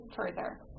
further